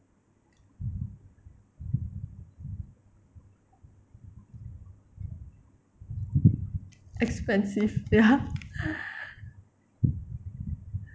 expensive ya